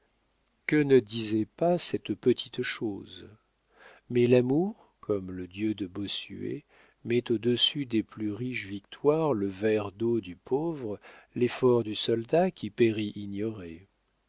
que ne disait pas cette petite chose mais l'amour comme le dieu de bossuet met au-dessus des plus riches victoires le verre d'eau du pauvre l'effort du soldat qui périt ignoré